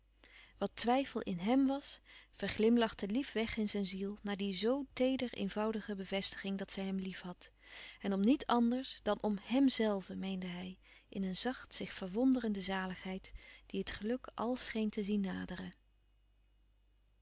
wat twijfel in hèm was verglimlachte lief weg in zijn ziel na die zoo teeder eenvoudige bevestiging dat zij hem liefhad en om niet anders dan om hèmzelven meende hij in een zacht zich verwonderende zaligheid die het geluk al scheen te zien naderen